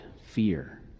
fear